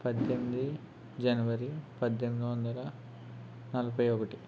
పద్దెనిమిది జనవరి పద్దెనిమిది వందల నలభై ఒకటి